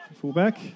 fullback